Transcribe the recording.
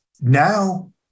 now